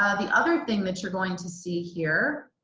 ah the other thing that you're going to see here